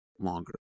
longer